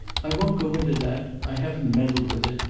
i won't go into that. i haven't meddled with it,